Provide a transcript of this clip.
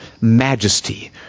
majesty